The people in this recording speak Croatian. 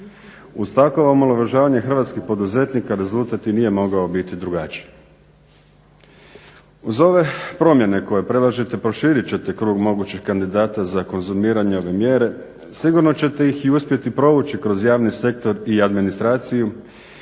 Uz takvo omalovažavanje hrvatskih poduzetnika rezultat i nije mogao biti drugačiji. Uz ove promjene koje predlažete proširit ćete krug mogućih kandidata za konzumiranje ove mjere, sigurno ćete ih i uspjeti provući kroz javni sektor i administraciju